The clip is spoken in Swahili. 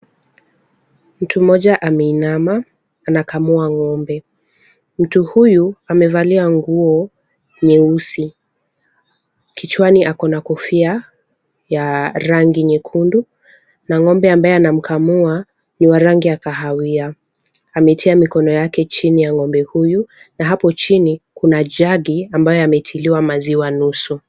Mtu mmoja ameinama anakamua ng'ombe. Mtu huyu amevalia nguo nyeusi. Kichwani ako na kofia ya rangi nyekundu na ng'ombe ambaye anamkamua ni wa rangi ya kahawia. Ametia mikono yake chini ya ng'ombe huyu na hapo chini kuna jagi ambayo yametiliwa maziwa nusu.